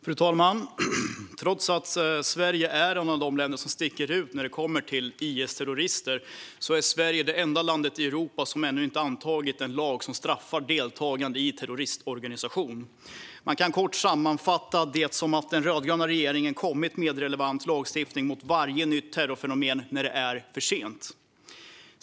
Fru talman! Trots att Sverige är ett av de länder som sticker ut när det kommer till IS-terrorister är Sverige det enda land i Europa som ännu inte har antagit en lag som straffar deltagande i en terroristorganisation. Man kan kort sammanfatta det som att den rödgröna regeringen har kommit med relevant lagstiftning mot varje nytt terrorfenomen när det är för sent.